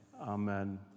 Amen